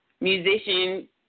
musician